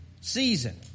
season